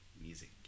Music